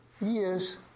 years